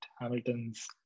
Hamilton's